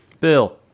Bill